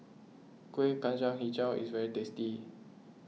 Kuih Kacang HiJau is very tasty